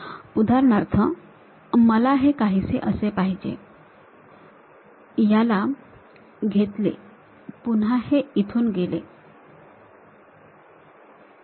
उदाहरणार्थ मला हे काहीसे असे पाहिजे याला घेतले पुन्हा हे इथून गेले